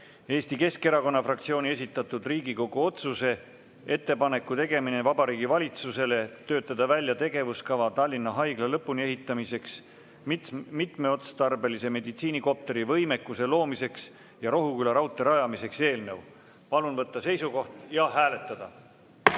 Eesti Keskerakonna fraktsiooni esitatud Riigikogu otsuse "Ettepaneku tegemine Vabariigi Valitsusele töötada välja tegevuskava Tallinna Haigla lõpuni ehitamiseks, mitmeotstarbelise meditsiinikopteri võimekuse loomiseks ja Rohuküla raudtee rajamiseks" eelnõu. Palun võtta seisukoht ja hääletada!